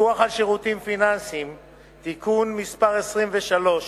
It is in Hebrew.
הפיקוח על שירותים פיננסיים (ביטוח) (תיקון מס' 23),